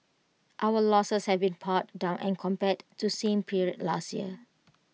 our losses have been pared down and compared to same period last year